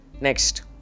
Next